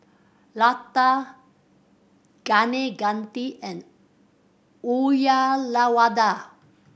Lata Kaneganti and Uyyalawada